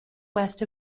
west